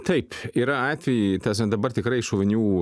taip yra atvejai ta prasme dabar tikrai šovinių